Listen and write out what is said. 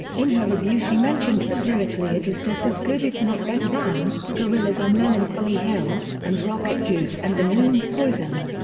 in her review she mentioned that lyrically it is just as good if not better than, gorillaz' on melancholy hill and rocket juice and the moon's poison.